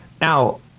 Now